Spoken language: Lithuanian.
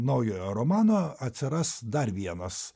naujojo romano atsiras dar vienas